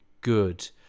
good